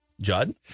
Judd